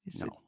No